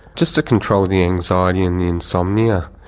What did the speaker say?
just to control the anxiety and the insomnia.